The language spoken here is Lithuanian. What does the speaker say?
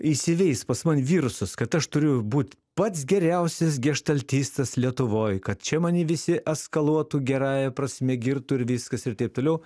įsiveis pas man virusas kad aš turiu būt pats geriausias geštaltistas lietuvoj kad čia mane visi eskaluotų gerąja prasme girtų ir viskas ir taip toliau